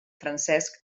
francesc